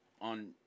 on